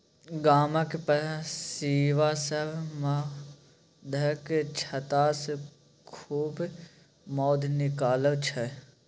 गामक पसीबा सब मौधक छत्तासँ खूब मौध निकालै छै